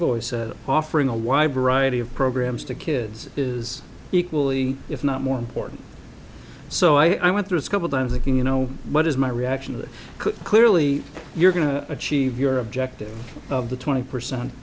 voice offering a wide variety of programs to kids is equally if not more important so i went through a couple times like you know what is my reaction to clearly you're going to achieve your objective of the twenty percent